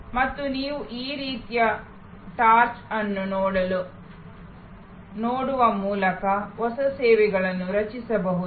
ಮತ್ತು ನೀವು ಈ ರೀತಿಯ ಚಾರ್ಟ್ ಅನ್ನು ನೋಡುವ ಮೂಲಕ ಹೊಸ ಸೇವೆಗಳನ್ನು ರಚಿಸಬಹುದು